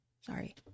Sorry